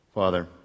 Father